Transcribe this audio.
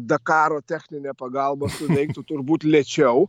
dakaro techninė pagalba suveiktų turbūt lėčiau